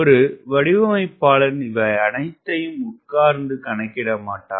ஒரு வடிவமைப்பாளன் இவையனைத்தையும் உட்கார்ந்து கணக்கிடமாட்டான்